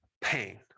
pain